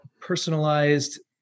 personalized